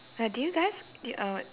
uh did you guys did uh